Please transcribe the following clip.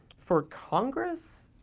for congress?